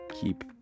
keep